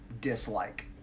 dislike